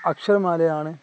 അക്ഷരമാലയാണ്